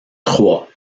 trois